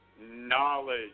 Knowledge